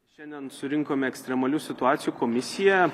šiandien surinkome ekstremalių situacijų komisiją